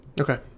Okay